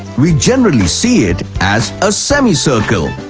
we generally see it as a semi-circle.